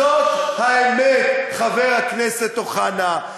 זאת האמת, חבר הכנסת אוחנה.